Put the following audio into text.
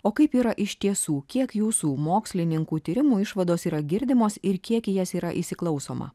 o kaip yra iš tiesų kiek jūsų mokslininkų tyrimų išvados yra girdimos ir kiek į jas yra įsiklausoma